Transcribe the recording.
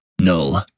null